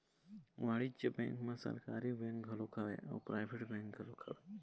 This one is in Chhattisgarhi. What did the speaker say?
वाणिज्य बेंक म सरकारी बेंक घलोक हवय अउ पराइवेट बेंक घलोक हवय